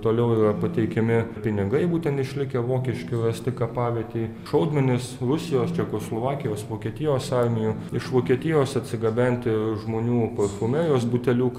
toliau yra pateikiami pinigai būtent išlikę vokiški rasti kapavietėj šaudmenis rusijos čekoslovakijos vokietijos armijų iš vokietijos atsigabenti žmonių perfumerijos buteliukai